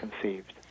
conceived